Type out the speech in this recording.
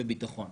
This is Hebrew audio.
הכספים.